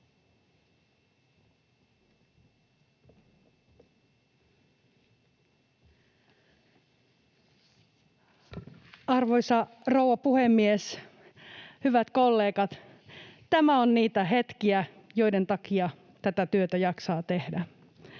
Arvoisa rouva puhemies! Hyvät kollegat! Tämä on niitä hetkiä, joiden takia tätä työtä jaksaa tehdä.